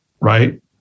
Right